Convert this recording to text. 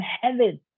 heaven